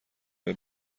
ایا